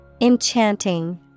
Enchanting